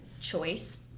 choice